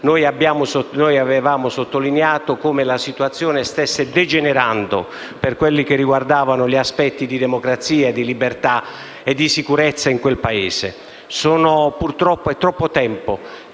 noi abbiamo sottolineato come la situazione stesse degenerando per quanto riguardava gli aspetti di democrazia, di libertà e di sicurezza in quel Paese. È troppo tempo